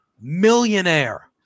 millionaire